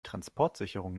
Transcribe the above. transportsicherung